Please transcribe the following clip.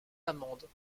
amandes